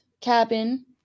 cabin